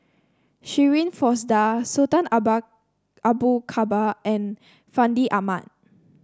Shirin Fozdar Sultan Abu Bakar and Fandi Ahmad